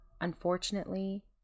Unfortunately